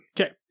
Okay